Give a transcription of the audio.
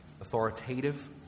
authoritative